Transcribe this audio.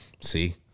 see